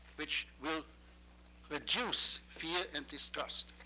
which will reduce fear and distrust.